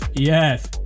Yes